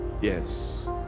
Yes